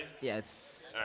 Yes